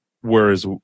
whereas